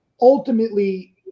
ultimately